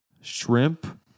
shrimp